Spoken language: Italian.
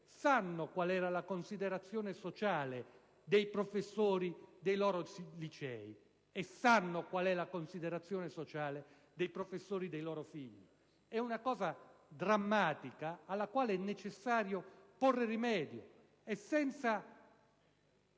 sanno quale era la considerazione sociale dei professori dei loro licei, e sanno qual è la considerazione sociale dei professori dei loro figli. E' una situazione drammatica alla quale è necessario porre rimedio, e senza